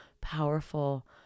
powerful